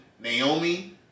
Naomi